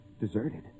deserted